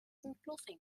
ontploffing